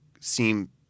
seem